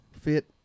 fit